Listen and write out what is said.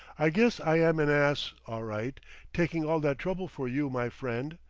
i guess i am an ass, all right taking all that trouble for you, my friend.